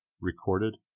Recorded